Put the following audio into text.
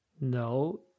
No